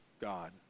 God